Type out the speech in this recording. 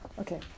Okay